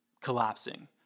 collapsing